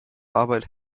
arbeit